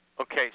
Okay